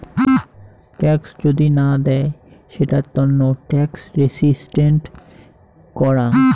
tax যদি না দেয় সেটার তন্ন ট্যাক্স রেসিস্টেন্স করাং